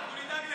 יאיר.